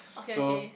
so